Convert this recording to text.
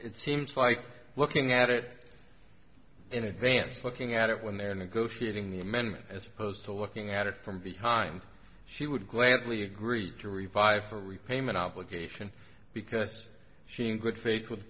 it seems like looking at it in advance looking at it when they're negotiating the amendment as opposed to looking at it from behind she would gladly agree to revive her repayment obligation because she in good faith with